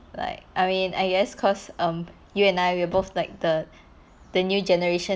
like I mean I guess cause um you and I we are both like the the new generation